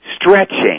stretching